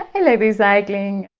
ah like recycling